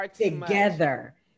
together